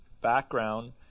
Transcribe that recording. background